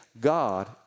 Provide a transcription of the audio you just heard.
God